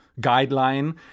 guideline